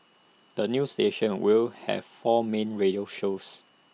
the new station will have four main radio shows